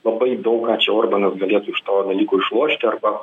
labai daug ką čia orbanas galėtų iš to dalyko išlošti arba